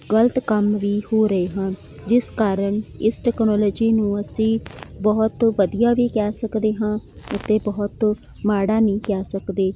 ਗਲਤ ਕੰਮ ਵੀ ਹੋ ਰਹੇ ਹਨ ਜਿਸ ਕਾਰਨ ਇਸ ਟਕਨੋਲਜੀ ਨੂੰ ਅਸੀਂ ਬਹੁਤ ਵਧੀਆ ਵੀ ਕਹਿ ਸਕਦੇ ਹਾਂ ਅਤੇ ਬਹੁਤ ਮਾੜਾ ਨਹੀਂ ਕਹਿ ਸਕਦੇ